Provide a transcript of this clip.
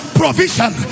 provision